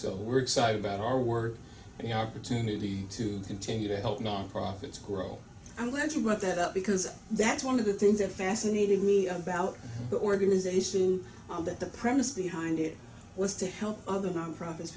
so we're excited about our work and the opportunity to continue to help non profits grow i'm glad you brought that up because that's one of the things that fascinated me about the organization that the premise behind it was to help other nonprofits